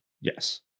Yes